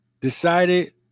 decided